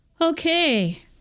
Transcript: Okay